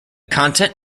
content